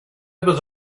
was